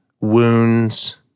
wounds